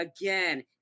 again